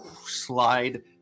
slide